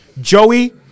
Joey